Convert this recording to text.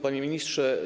Panie Ministrze!